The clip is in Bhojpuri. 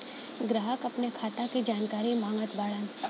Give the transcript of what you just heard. ग्राहक अपने खाते का जानकारी मागत बाणन?